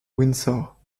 windsor